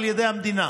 שהוא על ידי המדינה.